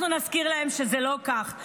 אנחנו נזכיר להם שזה לא כך.